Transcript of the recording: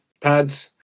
pads